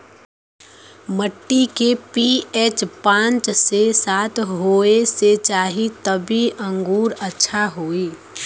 मट्टी के पी.एच पाँच से सात होये के चाही तबे अंगूर अच्छा होई